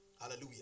Hallelujah